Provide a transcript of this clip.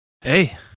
Hey